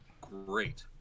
great